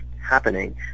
happening